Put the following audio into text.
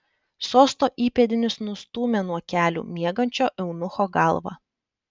sosto įpėdinis nustūmė nuo kelių miegančio eunucho galvą